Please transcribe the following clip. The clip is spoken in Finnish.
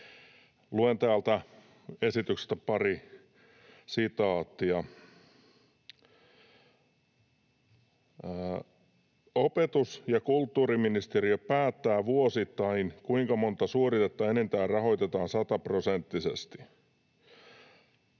luen täältä esityksestä pari sitaattia: ”Opetus- ja kulttuuriministeriö päättää vuosittain, kuinka monta suoritetta enintään rahoitetaan sataprosenttisesti.”